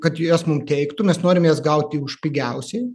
kad jas mum teiktų mes norim jas gauti už pigiausiai